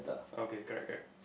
okay correct correct